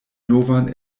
novan